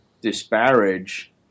disparage